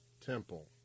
Temple